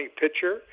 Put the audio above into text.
pitcher